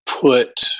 put